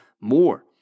more